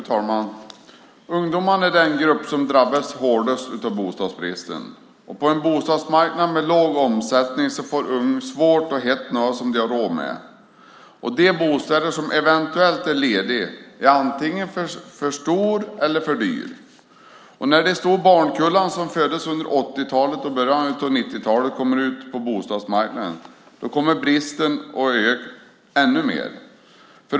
Fru talman! Ungdomarna är den grupp som drabbas hårdast av bostadsbristen. På en bostadsmarknad med låg omsättning får de unga svårt att hitta något som de har råd med. De bostäder som eventuellt är lediga är antingen för stora eller för dyra. När de stora barnkullarna som föddes under 80-talet och början av 90-talet kommer ut på bostadsmarknaden kommer bostadsbristen att öka ännu mer.